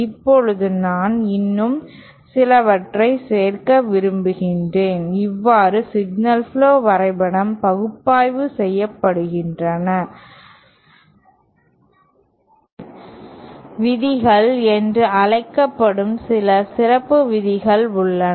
இப்போது நான் இன்னும் சிலவற்றைச் சேர்க்க விரும்புகிறேன் இவ்வாறு சிக்னல் புளோ வரைப்படம் பகுப்பாய்வு செய்யப்படுகின்றன மேசன்ஸ் விதிகள் என்று அழைக்கப்படும் சில சிறப்பு விதிகள் உள்ளன